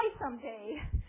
someday